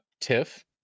Tiff